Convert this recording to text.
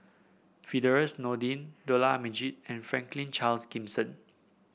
Firdaus Nordin Dollah Majid and Franklin Charles Gimson